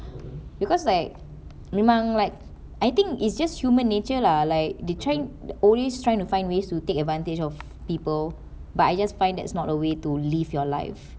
because like memang like I think it's just human nature lah like they trying always trying to find ways to take advantage of people but I just find that is not a way to live your life